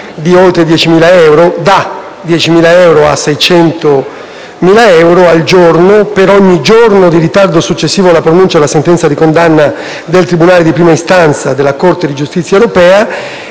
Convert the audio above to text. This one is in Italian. penalità, che va da 10.000 euro fino 600.000, per ogni giorno di ritardo successivo alla pronuncia della sentenza di condanna del tribunale di prima istanza della Corte di giustizia europea;